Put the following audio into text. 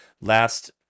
last